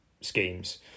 schemes